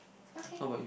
okay